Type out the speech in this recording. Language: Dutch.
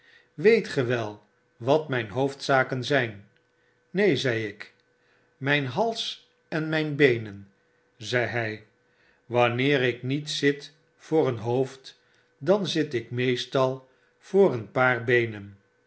weet ge wel wat myn hoofdzaken zyn neen zei ik a mp hals en mijn beenen zei hij wanneer ik niet zit voor een hoofd dan zit ik meestal voor een paar beenen